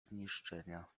zniszczenia